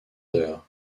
heures